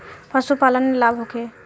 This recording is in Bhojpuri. पशु पालन से लाभ होखे?